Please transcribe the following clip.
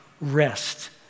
rest